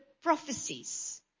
prophecies